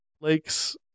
Lakes